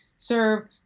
serve